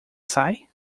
sai